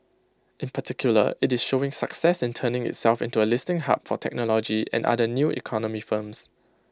in particular IT is showing success in turning itself into A listing hub for technology and other new economy firms